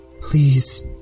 Please